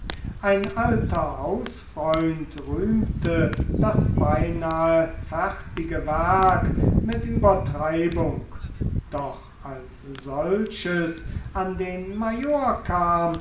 ein alter hausfreund rühmte das beinahe fertige werk mit übertreibung doch als solches an den major kam